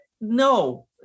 no